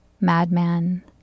madman